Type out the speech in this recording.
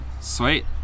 Sweet